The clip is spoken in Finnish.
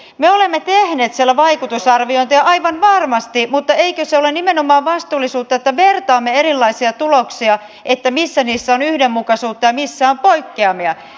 me olemme tehneet siellä vaikutusarviointeja aivan varmasti mutta eikö se ole nimenomaan vastuullisuutta että vertaamme erilaisia tuloksia että missä niissä on yhdenmukaisuutta ja missä on poikkeamia